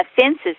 offenses